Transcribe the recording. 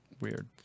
Weird